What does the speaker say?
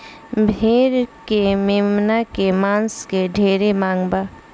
भेड़ के मेमना के मांस के ढेरे मांग बा